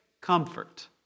comfort